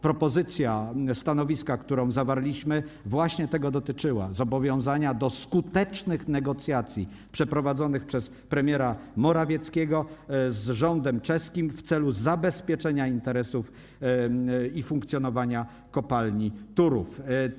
Propozycja stanowiska, którą zawarliśmy, właśnie tego dotyczyła - zobowiązania do skutecznych negocjacji przeprowadzonych przez premiera Morawieckiego z rządem czeskim w celu zabezpieczenia interesów i funkcjonowania kopalni Turów.